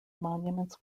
monuments